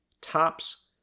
tops